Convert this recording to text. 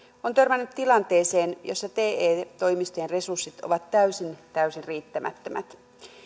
on törmännyt tilanteeseen jossa te toimistojen resurssit ovat täysin täysin riittämättömät